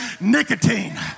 nicotine